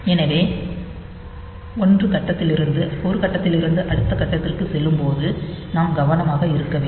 எனவே 1 கட்டத்திலிருந்து அடுத்த கட்டத்திற்கு செல்லும்போது நாம் கவனமாக இருக்க வேண்டும்